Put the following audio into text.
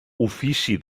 ofici